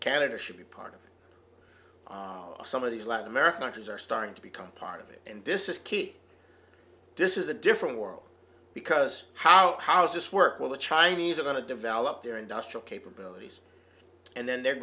canada should be part of some of these latin american countries are starting to become part of it and this is key this is a different world because how how does this work with the chinese are going to develop their industrial capabilities and then they're